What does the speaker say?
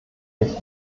nicht